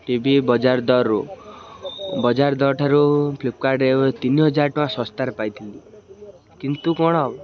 ଟି V ବଜାର ଦରରୁ ବଜାର ଦର ଠାରୁ ଫ୍ଲିପକାର୍ଟ୍ରେ ତିନି ହଜାର ଟଙ୍କା ଶସ୍ତାରେ ପାଇଥିଲି କିନ୍ତୁ କ'ଣ